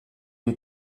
une